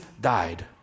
died